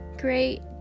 great